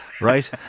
right